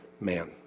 man